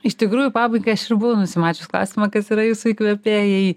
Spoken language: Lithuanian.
iš tikrųjų į pabaigai aš buvau nusimačius klausimą kas yra jūsų įkvėpėjai